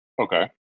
Okay